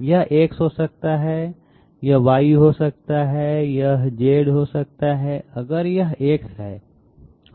यह x हो सकता है यह y हो सकता है यह z हो सकता है अगर यह x है